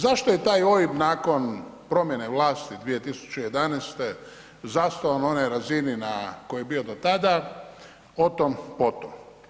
Zašto je taj OIB nakon promjene vlasti 2011. zastao na onoj razini na kojoj je bio do tada, o tom potom.